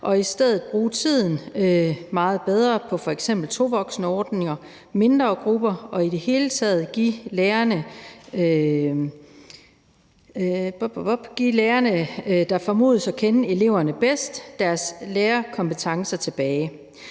og i stedet bruge tiden meget bedre på f.eks. tovoksenordninger og mindre grupper og i det hele taget give lærerne, der formodes at kende eleverne bedst, deres lærerkompetencer tilbage.